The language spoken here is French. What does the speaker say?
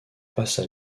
passe